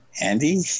Andy